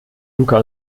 luca